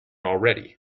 already